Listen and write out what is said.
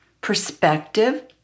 Perspective